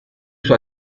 sua